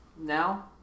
Now